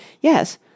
Yes